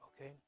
okay